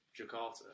Jakarta